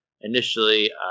initially